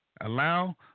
Allow